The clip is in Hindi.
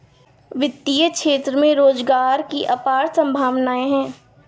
वित्तीय क्षेत्र में रोजगार की अपार संभावनाएं हैं